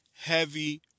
heavy